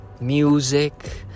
music